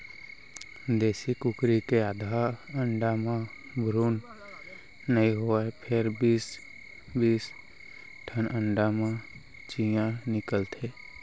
देसी कुकरी के आधा अंडा म भ्रून नइ होवय फेर बीस बीस ठन अंडा म चियॉं निकलथे